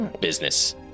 business